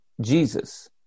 Jesus